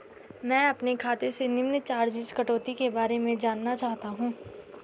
मैं अपने खाते से निम्न चार्जिज़ कटौती के बारे में जानना चाहता हूँ?